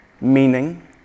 meaning